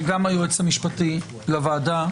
היועץ המשפטי לוועדה,